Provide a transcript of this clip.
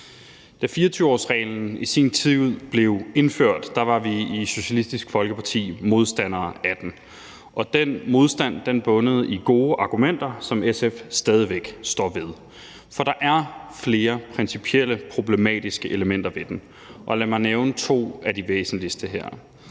Da 24-årsreglen i sin tid blev indført, var vi i Socialistisk Folkeparti modstandere af den. Den modstand bundede i gode argumenter, som SF stadig væk står ved. For der er flere principielt problematiske elementer ved den. Lad mig nævne to af de væsentligste her.